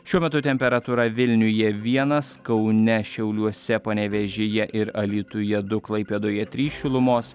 šiuo metu temperatūra vilniuje vienas kaune šiauliuose panevėžyje ir alytuje du klaipėdoje trys šilumos